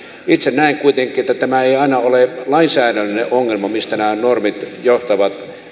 itse näen kuitenkin että tämä ei aina ole lainsäädännöllinen ongelma mistä nämä normit johtavat